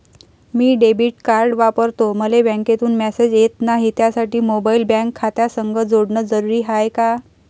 मी debit card वापरतो मले बँकेतून मॅसेज येत नाही, त्यासाठी मोबाईल बँक खात्यासंग जोडनं जरुरी हाय का?